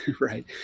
Right